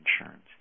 insurance